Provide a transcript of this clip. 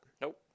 Nope